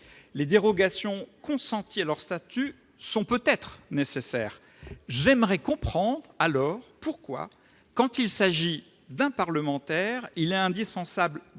Les dérogations consenties à leur statut sont peut-être nécessaires. J'aimerais alors comprendre pourquoi, quand il s'agit d'un parlementaire, il est indispensable